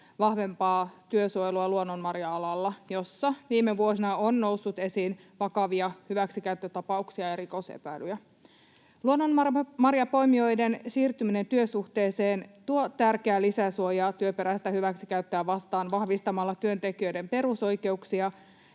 vahvempaa työsuojelua luonnonmarja-alalla, jossa viime vuosina on noussut esiin vakavia hyväksikäyttötapauksia ja rikosepäilyjä. Luonnonmarjanpoimijoiden siirtyminen työsuhteeseen tuo tärkeää lisäsuojaa työperäistä hyväksikäyttöä vastaan vahvistamalla työntekijöiden perusoikeuksia,